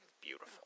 Beautiful